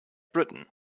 britain